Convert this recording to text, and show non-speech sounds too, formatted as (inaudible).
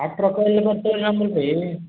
(unintelligible)